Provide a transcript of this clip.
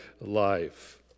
life